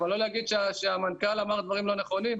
אבל לא להגיד שהמנכ"ל דברים לא נכונים.